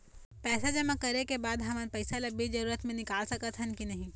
पैसा जमा करे के बाद हमन पैसा ला बीच जरूरत मे निकाल सकत हन की नहीं?